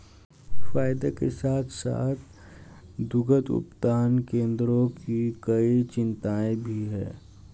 फायदे के साथ साथ दुग्ध उत्पादन केंद्रों की कई चिंताएं भी हैं